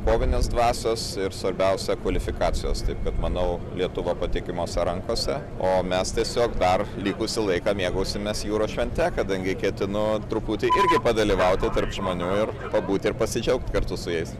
kovinės dvasios ir svarbiausia kvalifikacijos taip kad manau lietuva patikimose rankose o mes tiesiog dar likusį laiką mėgausimės jūros švente kadangi ketinu truputį irgi padalyvauti tarp žmonių ir pabūt ir pasidžiaugt kartu su jais